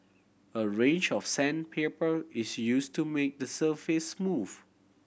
a range of sandpaper is use to make the surface smooth